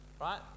Right